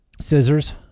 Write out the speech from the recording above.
Scissors